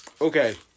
okay